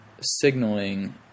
signaling